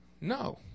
No